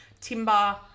timber